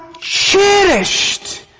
cherished